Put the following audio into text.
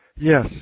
Yes